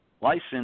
license